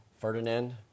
Ferdinand